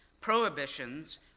prohibitions